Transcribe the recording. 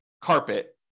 carpet